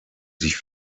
sich